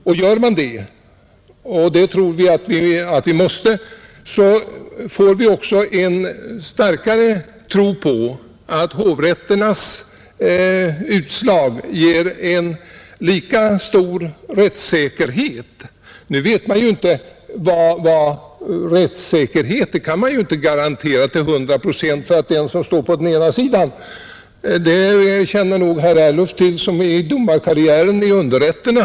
Om så sker skapar vi också en starkare tro på att hovrätternas utslag ger stor rättssäkerhet. Ingen kan naturligtvis garantera 100-procentig rättssäkerhet. Det känner säkert herr Ernulf till, eftersom han befinner sig i domarkarriären i underrätterna.